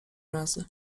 razy